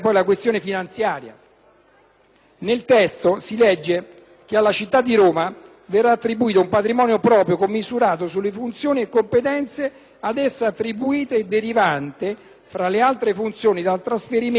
Nel testo si legge che alla città di Roma verrà attribuito un patrimonio proprio commisurato sulle funzioni e competenze ad essa attribuite e derivante, fra le altre fonti, dal trasferimento, a titolo gratuito,